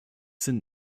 sind